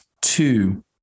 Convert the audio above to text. two